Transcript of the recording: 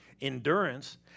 endurance